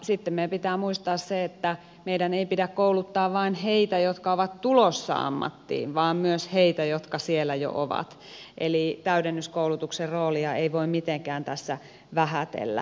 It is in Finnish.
sitten meidän pitää muistaa se että meidän ei pidä kouluttaa vain heitä jotka ovat tulossa ammattiin vaan myös heitä jotka siellä jo ovat eli täydennyskoulutuksen roolia ei voi mitenkään tässä vähätellä